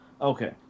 Okay